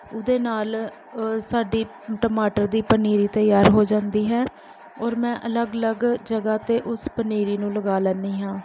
ਉਹਦੇ ਨਾਲ ਸਾਡੀ ਟਮਾਟਰ ਦੀ ਪਨੀਰੀ ਤਿਆਰ ਹੋ ਜਾਂਦੀ ਹੈ ਔਰ ਮੈਂ ਅਲੱਗ ਅਲੱਗ ਜਗ੍ਹਾ 'ਤੇ ਉਸ ਪਨੀਰੀ ਨੂੰ ਲਗਾ ਲੈਂਦੀ ਹਾਂ